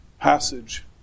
passage